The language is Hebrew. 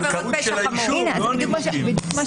הדחה